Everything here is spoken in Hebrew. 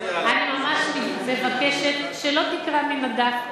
אני ממש מבקשת שלא תקרא לי מן הדף,